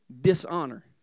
dishonor